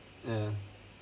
ya